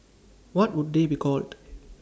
what would they be called